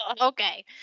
Okay